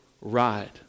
ride